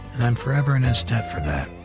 and i'm forever in his debt for that.